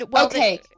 Okay